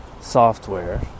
software